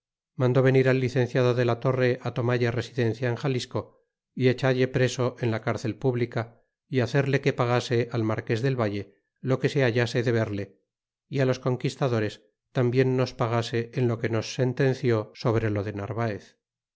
mandó venir al licenciado de la torre á tomalle residencia en xalisco y echalle preso en la cárcel pública y hacerle que pagase al marques del valle lo que se hallase deberle y á los conquistadores tambien nos pagase en lo que nos sentenció sobre lo de narvaez